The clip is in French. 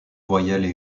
voyelles